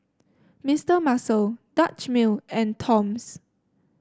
Mister Muscle Dutch Mill and Toms